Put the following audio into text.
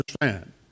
understand